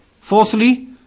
Fourthly